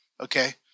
Okay